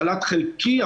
חל"ת חלקי.